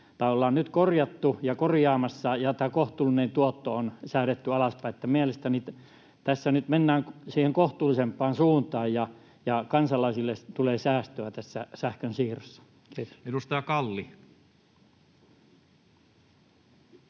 Nyt sitä ollaan korjaamassa, ja tätä kohtuullista tuottoa on säädetty alaspäin, eli mielestäni tässä nyt mennään siihen kohtuullisempaan suuntaan ja kansalaisille tulee säästöä tässä sähkönsiirrossa. — Kiitos.